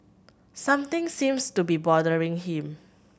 something seems to be bothering him